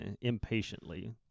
impatiently